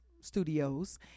Studios